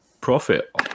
profit